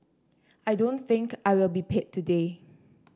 I don't think I will be paid today